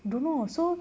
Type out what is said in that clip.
don't know also